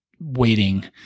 waiting